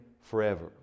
forever